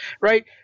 right